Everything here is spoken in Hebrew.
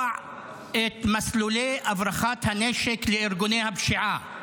את מסלולי הברחת הנשק לארגוני הפשיעה.